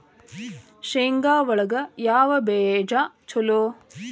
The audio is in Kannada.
ಶೇಂಗಾ ಒಳಗ ಯಾವ ಬೇಜ ಛಲೋ?